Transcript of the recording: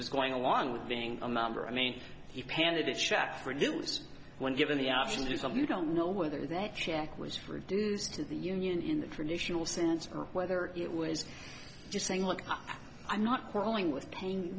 was going along with being a member i mean he painted a check for dues when given the option to do something you don't know whether that check was reduced to the union in the traditional sense or whether it was just saying look i'm not quarrelling with paying